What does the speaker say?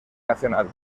nacional